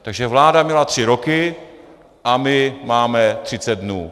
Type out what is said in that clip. Takže vláda měla tři roky a my máme 30 dnů.